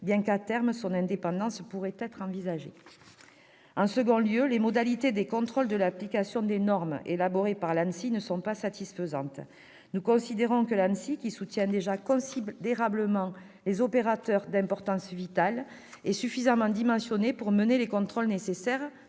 bien que, à terme, son indépendance pourrait être envisagée. En second lieu, les modalités de contrôle de l'application des normes élaborées par l'ANSSI ne sont pas satisfaisantes. Nous considérons que l'ANSSI, qui soutient déjà considérablement les opérateurs d'importance vitale, est suffisamment dimensionnée pour effectuer les contrôles nécessaires